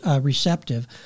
receptive